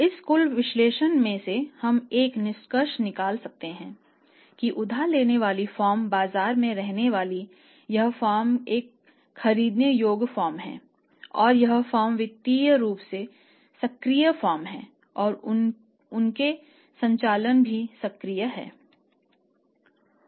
इस कुल विश्लेषण में से हम एक निष्कर्ष निकालना चाहते हैं कि उधार लेने वाली फर्म बाज़ार में रहने वाली है यह फर्म एक खरीदने योग्य फर्म है और यह फर्म वित्तीय रूप से सक्रिय फर्म है और उनके संचालन भी सक्रिय हैं